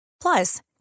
Plus